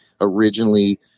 originally